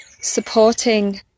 supporting